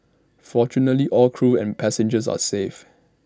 fortunately all crew and passengers are safe